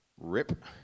Rip